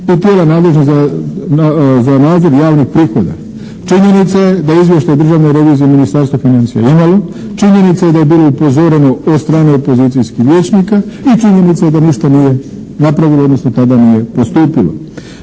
tijela nadležna za nadzor javnih prihoda. Činjenica je da je Izvještaj državne revizije Ministarstvo financija imalo, činjenica je da je bilo upozoreno od strane opozicijskih vijećnika i činjenica je da ništa nije napravilo odnosno tada nije postupilo.